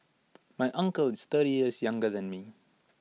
my uncle is thirty years younger than me